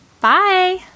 Bye